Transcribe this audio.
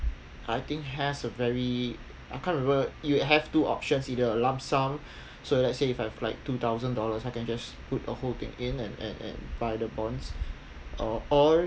I think has a very I can't remember you have two options either a lump sum so let's say if I have like two thousand dollars I can just put a whole thing in and and and buy the bonds or or